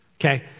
okay